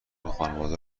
خانواده